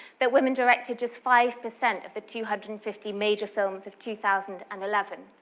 that women directed just five per cent of the two hundred and fifty major films of two thousand and eleven,